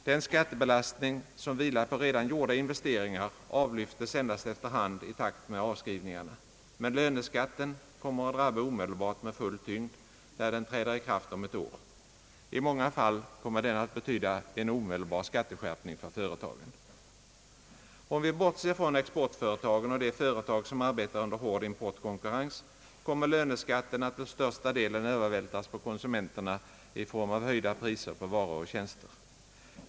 Den skattebelastning som vilar på redan gjorda investeringar avlyftes endast efter hand i takt med avskrivningarna. Men löneskatten kommer att drabba omedelbart med full tyngd när den träder i kraft om ett år. I många fall kommer den att betyda en omedelbar skatteskärpning för företagen. Om vi bortser från exportföretagen och de företag som arbetar under hård importkonkurrens, kommer löneskatten att till största delen övervältras på konsumenterna i form av höjda priser på varor och tjänster.